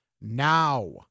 now